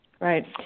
Right